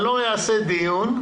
בינתיים לא אערוך דיון,